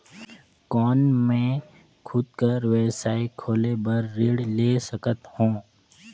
कौन मैं खुद कर व्यवसाय खोले बर ऋण ले सकत हो?